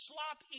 Slop